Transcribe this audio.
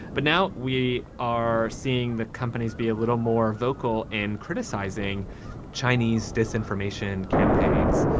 but now we are seeing the companies be a little more vocal in criticizing chinese disinformation campaigns.